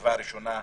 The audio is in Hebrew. מהישיבה הראשונה,